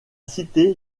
cité